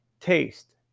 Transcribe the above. taste